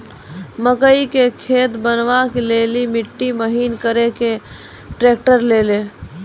मकई के खेत बनवा ले ली मिट्टी महीन करे ले ली ट्रैक्टर ऐलो?